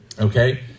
Okay